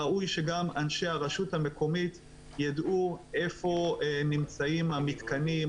ראוי שגם אנשי הרשות המקומית ידעו איפה נמצאים המיתקנים,